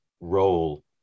role